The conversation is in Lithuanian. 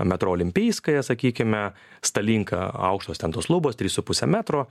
metro olimpiyskaya sakykime stalinka aukštos ten tos lubos trys su puse metro